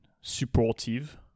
supportive